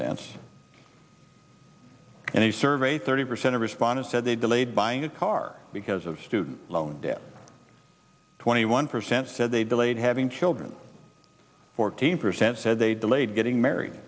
sense and he surveyed thirty percent of respondents said they delayed buying a car because of student loan debt twenty one percent said they delayed having children fourteen percent said they delayed getting married